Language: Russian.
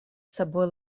собой